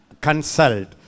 consult